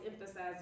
emphasize